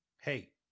hey